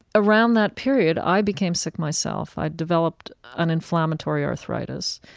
around that period, i became sick myself. i developed an inflammatory arthritis.